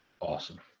awesome